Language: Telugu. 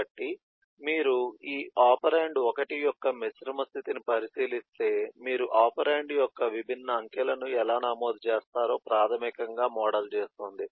కాబట్టి మీరు ఈ ఒపెరాండ్ 1 యొక్క మిశ్రమ స్థితిని పరిశీలిస్తే మీరు ఒపెరాండ్ యొక్క విభిన్న అంకెలను ఎలా నమోదు చేస్తారో ప్రాథమికంగా మోడల్ చేస్తుంది